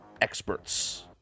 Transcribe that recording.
experts